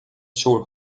shore